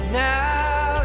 now